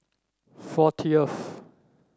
fortieth